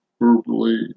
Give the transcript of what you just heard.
verbally